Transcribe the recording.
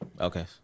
Okay